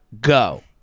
go